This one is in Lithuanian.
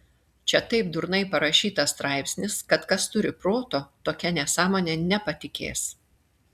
čia taip durnai parašytas straipsnis kad kas turi proto tokia nesąmone nepatikės